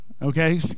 okay